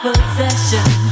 Possession